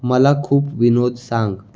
मला खूप विनोद सांग